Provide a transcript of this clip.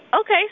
Okay